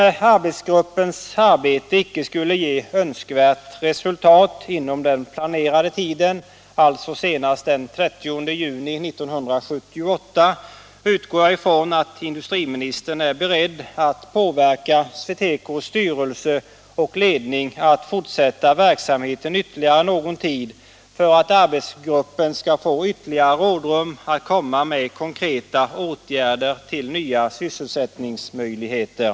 Om arbetsgruppens arbete inte skulle ge önskvärt resultat inom den planerade tiden, alltså senast den 30 juni 1978, utgår jag ifrån att industriministern är beredd — Nr 132 att påverka SweTecos styrelse och ledning att fortsätta verksamheten Måndagen den ytterligare någon tid, för att arbetsgruppen skall få ytterligare rådrum 16 maj 1977 att komma med konkreta åtgärder till nya sysselsättningsmöjligheter.